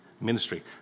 ministry